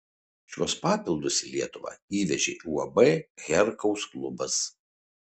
šiuos papildus į lietuvą įvežė uab herkaus klubas